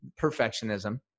perfectionism